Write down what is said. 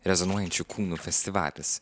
rezonuojančių kūnų festivalis